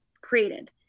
created